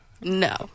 no